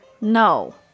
No